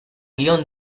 guion